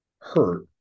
hurt